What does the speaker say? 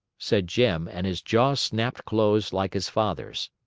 said jim, and his jaw snapped close like his father's.